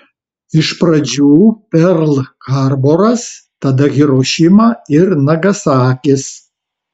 iš pradžių perl harboras tada hirošima ir nagasakis